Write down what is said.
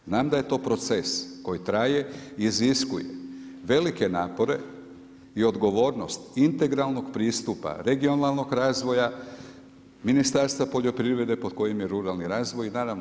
Znam da je to proces koji traje i iziskuje velike napore, i odgovornost integralnog pristupa, regionalnog razvoja Ministarstva poljoprivrede pod kojim je ruralni razvoj naravno i nas ovdje.